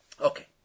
Okay